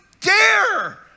dare